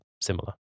similar